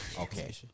Okay